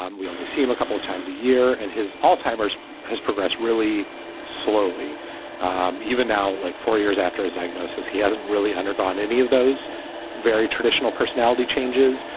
um we only see him a couple of times a year and his alzheimer's has progressed really slowly um even now like four years after his diagnosis. he hasn't really undergone any of those very traditional personality changes.